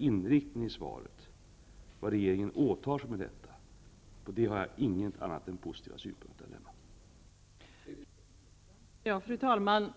Inriktningen i svaret, vad regeringen alltså åtar sig, har jag ingenting annat än positiva synpunkter att framföra